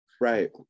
right